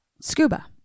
Scuba